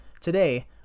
Today